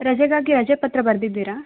ರಜೆಗಾಗಿ ರಜೆ ಪತ್ರ ಬರ್ದಿದ್ದೀರಾ